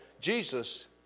Jesus